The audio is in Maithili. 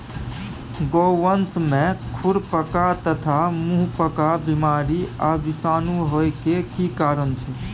गोवंश में खुरपका तथा मुंहपका बीमारी आ विषाणु होय के की कारण छै?